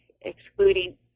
excluding